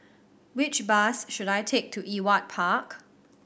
which bus should I take to Ewart Park